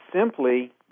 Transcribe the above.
simply